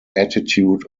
attitude